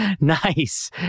Nice